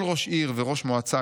כל ראש עיר וראש מועצה,